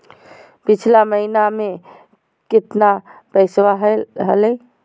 पिछला महीना मे कतना पैसवा हलय?